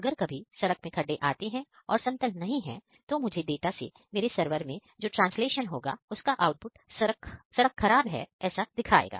अगर कभी सड़क में खड्डे आते है और समतल नहीं है तो मुझे डाटा से मेरे सरवर में जो ट्रांसलेशन होगा उसका आउटपुट सड़क खराब है ऐसा दिखाएगा